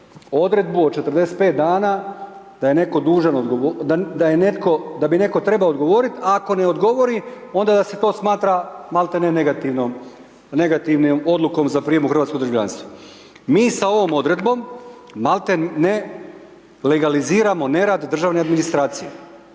netko dužan, da bi netko trebao odgovoriti a ako ne odgovori da se to smatra maltene negativnom odlukom za prijem u hrvatsko državljanstvo. Mi s ovom odredbom, maltene legaliziramo nerad državne administracije.